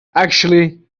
actually